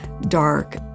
dark